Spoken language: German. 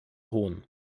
hohn